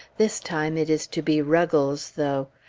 this time it is to be ruggles, though.